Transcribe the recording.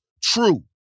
true